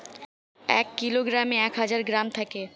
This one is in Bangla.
এক কিলোগ্রামে এক হাজার গ্রাম থাকে